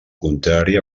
contrari